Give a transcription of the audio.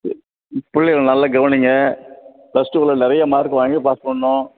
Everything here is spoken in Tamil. பிள்ளைய நல்ல கவனிங்க ப்ளஸ் டூவில நிறைய மார்க் வாங்கி பாஸ் பண்ணனும்